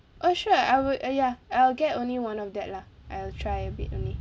oh sure I would uh ya I'll get only one of that lah I'll try a bit only